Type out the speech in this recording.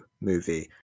movie